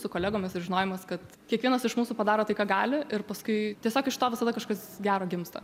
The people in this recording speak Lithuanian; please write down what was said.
su kolegomis ir žinojimas kad kiekvienas iš mūsų padaro tai ką gali ir paskui tiesiog iš to visada kažkas gero gimsta